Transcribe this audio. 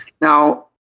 Now